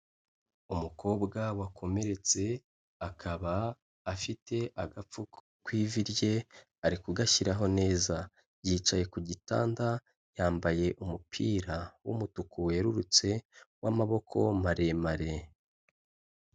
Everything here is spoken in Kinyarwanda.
Umukobwa wakomeretse akaba afite agapfuko ku ivi rye, ari kugashyiraho neza. Yicaye ku gitanda yambaye umupira w'umutuku werurutse w'amaboko maremare.